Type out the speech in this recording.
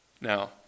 Now